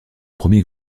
premier